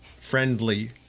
friendly